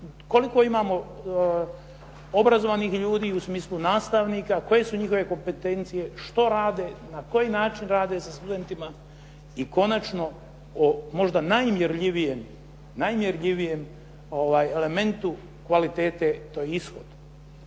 koliko imamo obrazovanih ljudi u smislu nastavnika, koje su njihove kompetencije, što rade, na koji način rade sa studentima i konačno, možda najmjerljivijem elementu kvalitete, to je ishod.